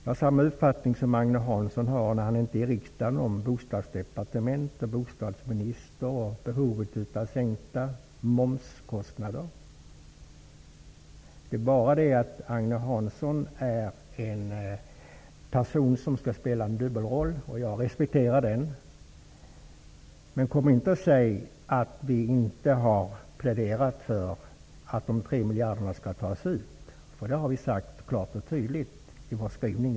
Jag har samma uppfattning om bostadsdepartement, bostadsminister och behovet av sänkta momskostnader som Agne Hansson har när han inte är i riksdagen. Det är bara det att Agne Hansson är en person som skall spela en dubbelroll -- och jag respekterar den. Men kom inte och säg att vi inte har pläderat för att de 3 miljarderna skall tas ut! Det har vi klart och tydligt sagt i vår skrivning.